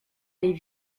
les